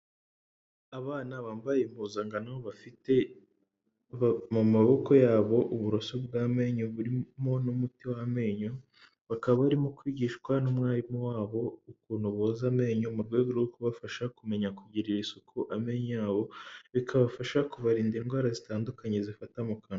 Abana bambaye impuzankano bafite mu maboko yabo uburoso bw'amenyo burimo n'umuti w'amenyo, bakaba barimo kwigishwa n'umwarimu wabo ukuntu boza amenyo mu rwego rwo kubafasha kumenya kugirira isuku amenyo yabo, bikabafasha kubarinda indwara zitandukanye zifata mu kanwa.